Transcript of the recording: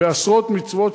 בעשרות מצוות